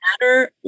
matter